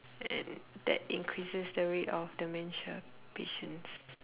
and that increases the rate of dementia patients